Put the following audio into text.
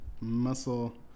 Muscle